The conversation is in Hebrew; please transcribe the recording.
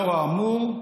לאור האמור,